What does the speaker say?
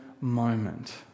moment